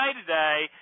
today